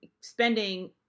spending